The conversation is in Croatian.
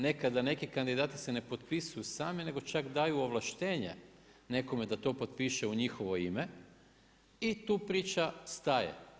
Nekada neki kandidati se ne potpisuju sami nego čak daju ovlaštenje nekome da to potpiše u njihovo ime i tu priča staje.